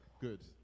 good